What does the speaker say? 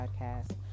podcast